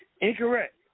Incorrect